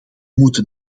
moeten